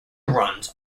runs